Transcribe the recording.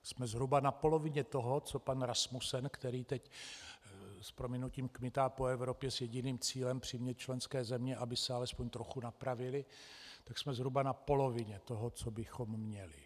Jsme zhruba na polovině toho, co pan Rasmussen, který teď, s prominutím, kmitá po Evropě s jediným cílem přimět členské země, aby se alespoň trochu napravily , tak jsme zhruba na polovině toho, co bychom měli.